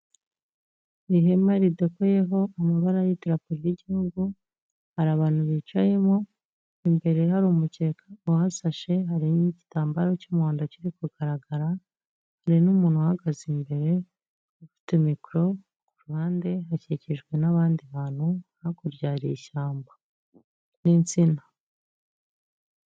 Ni ihema ridodeyeho amabara y'idarapo ry'igihugu, hari abantu bicayemo, imbere hari umucyeka uhasashe, harimo igitambaro cy'umuhodo kiri kugaragara, hari n'umuntu uhagaze imbere ufite mikoro, ku ruhande hakikijwe n'abandi bantu, hakurya hari ishyamba n'insina.